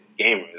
gamers